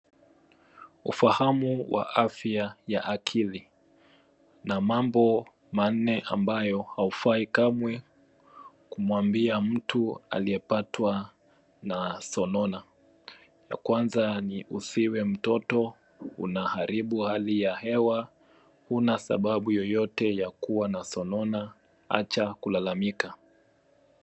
Ufahamu wa afya ya akili na mambo manne ambayo haufai kamwe kumwambia mtu aliyepatwa na sonona. La kwanza ni usiwe mtoto, unaharibu hali ya hewa, huna sababu yoyote ya kuwa na sonona, acha kulalamika.